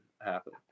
happen